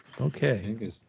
Okay